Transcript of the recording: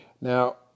Now